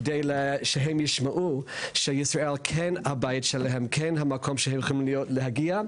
כדי שהם ישמעו שישראל היא כן הבית שלהם וכן המקום שהם יכולים להגיע.